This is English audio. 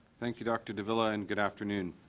thank you dr. de villa and good afternoon.